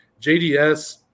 JDS